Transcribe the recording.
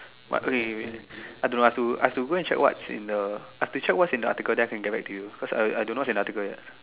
but wait wait wait I don't I have to I have to go and check what's in the I have to check what's in the article then can get back to you cause I don't know what's in the article yet